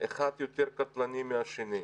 אחד יותר קטלני מהשני.